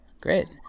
great